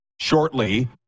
shortly